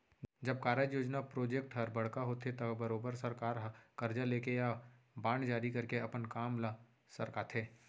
जब कारज, योजना प्रोजेक्ट हर बड़का होथे त बरोबर सरकार हर करजा लेके या बांड जारी करके अपन काम ल सरकाथे